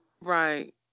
right